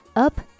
Up